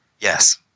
Yes